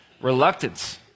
reluctance